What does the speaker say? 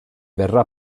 verrà